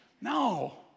No